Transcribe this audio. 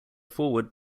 foreword